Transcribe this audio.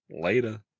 Later